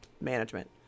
management